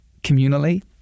communally